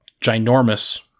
ginormous